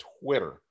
Twitter